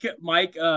Mike